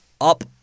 up